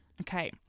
Okay